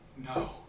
no